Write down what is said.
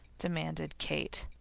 demanded kate.